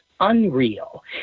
Unreal